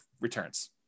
returns